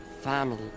family